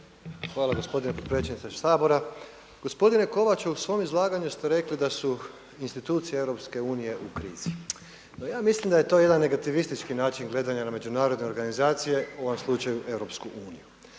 Hvala gospodine potpredsjedniče Sabora. Gospodine Kovač u svome izlaganju ste rekli da su institucije EU u krizi. No ja mislim da je to jedan negativistički način gledana na međunarodne organizacije u ovom slučaju EU.